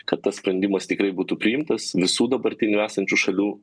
kad tas sprendimas tikrai būtų priimtas visų dabartinių esančių šalių